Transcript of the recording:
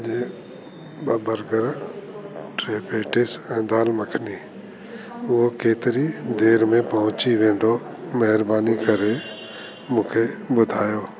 ऐं ॿ बर्गर टे पेटीस ऐं दालि मखनी उहा केतिरी देरि में पहुची वेंदो महिरबानी करे मूंखे ॿुधायो